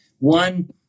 One